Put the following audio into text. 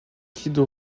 national